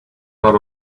not